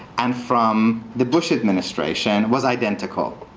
and from the bush administration was identical.